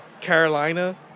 Carolina